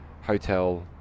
hotel